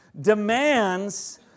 demands